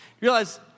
Realize